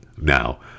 now